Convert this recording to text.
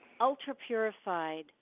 ultra-purified